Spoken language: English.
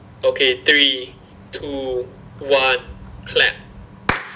okay three two one clap